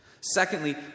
Secondly